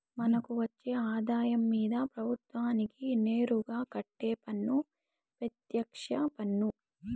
మనకు వచ్చే ఆదాయం మీద ప్రభుత్వానికి నేరుగా కట్టే పన్ను పెత్యక్ష పన్ను